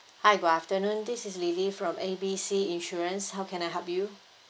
hi good afternoon this is lily from A B C insurance how can I help you